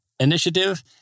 initiative